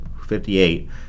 58